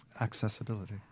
accessibility